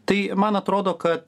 tai man atrodo kad